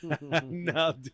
no